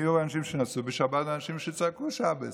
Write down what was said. היו אנשים שנסעו בשבת ואנשים שצעקו "שאבעס",